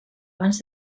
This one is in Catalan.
abans